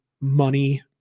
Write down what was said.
money